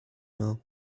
mill